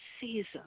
season